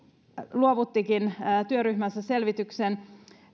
luovuttikin työryhmänsä selvityksen